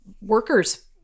workers